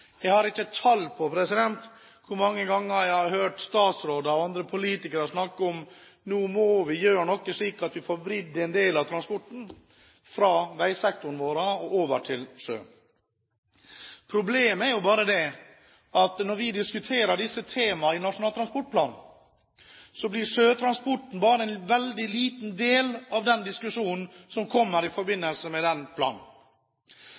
Jeg har ikke tall på hvor mange ganger jeg har hørt statsråder og andre politikere snakke om at vi nå må gjøre noe, slik at vi får vridd en del av transporten fra vei og over til sjø. Men problemet er at når vi diskuterer disse temaene i Nasjonal transportplan, blir sjøtransporten bare en veldig liten del av den diskusjonen som kommer i forbindelse med den planen.